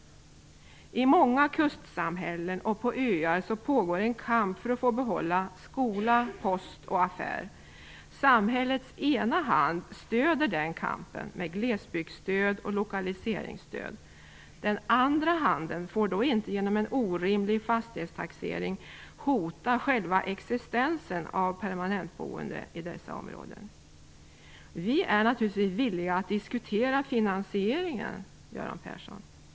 I många kustsamhällen och på öar pågår en kamp för att få behålla skola, post och affär. Samhällets ena hand stöder den kampen med glesbygdsstöd och lokaliseringsstöd. Den andra handen får då inte genom en orimlig fastighetstaxering hota själva existensen av permanentboende i dessa områden. Vi är naturligtvis villiga att diskutera finansieringen, Göran Persson.